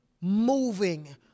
moving